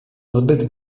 zbyt